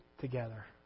together